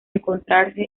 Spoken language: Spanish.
encontrarse